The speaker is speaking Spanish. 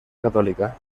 católica